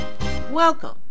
Welcome